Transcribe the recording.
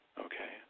okay